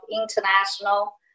International